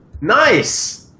Nice